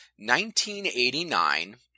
1989